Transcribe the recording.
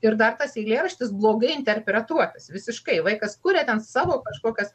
ir dar tas eilėraštis blogai interpretuotas visiškai vaikas kuria ten savo kažkokias